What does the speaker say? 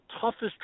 toughest